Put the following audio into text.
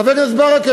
חבר הכנסת ברכה,